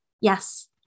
Yes